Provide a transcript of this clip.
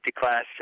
class